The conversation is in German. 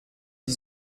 die